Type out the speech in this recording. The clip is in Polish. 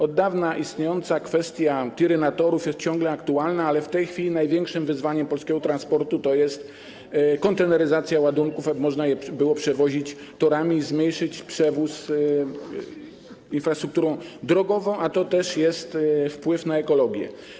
Od dawna istniejąca kwestia „tiry na tory” jest ciągle aktualna, ale w tej chwili największym wyzwaniem polskiego transportu jest konteneryzacja ładunków, by można było przewozić je torami i zmniejszyć przewóz infrastrukturą drogową, a to też jest wpływ na ekologię.